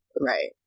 Right